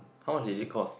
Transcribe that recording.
how much did it cost